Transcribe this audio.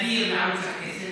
יש רייטינג אדיר לערוץ הכנסת,